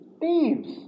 thieves